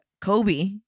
Kobe